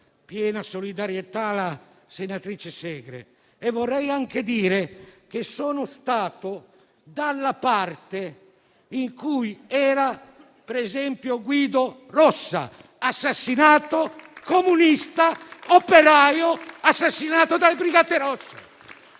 piena solidarietà alla senatrice Segre e vorrei anche dire che sono stato dalla parte in cui era, per esempio, Guido Rossa, comunista operaio assassinato dalle brigate rosse.